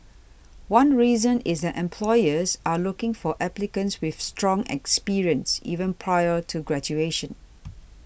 one reason is that employers are looking for applicants with strong experience even prior to graduation